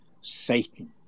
Satan